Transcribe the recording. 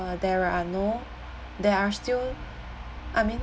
there are no there are still I mean